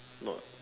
not